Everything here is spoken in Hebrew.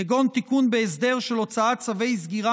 כגון תיקון בהסדר של הוצאת צווי סגירה